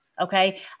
Okay